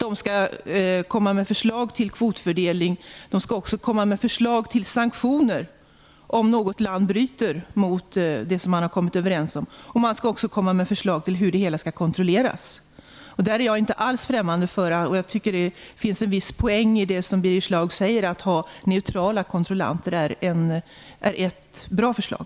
De skall komma med förslag till kvotfördelning och även komma med förslag till sanktioner om något land bryter mot det som man har kommit överens om. De skall även komma med förslag till hur det hela skall kontrolleras. Jag tycker att det finns en viss poäng i det som Birger Schlaug säger, nämligen att ha neutrala kontrollanter. Jag tycker att det är ett bra förslag.